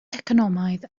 economaidd